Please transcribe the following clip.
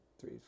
three